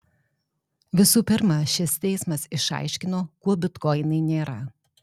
visų pirma šis teismas išaiškino kuo bitkoinai nėra